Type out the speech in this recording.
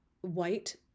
white